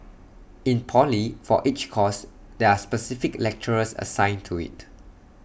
in poly for each course there are specific lecturers assigned to IT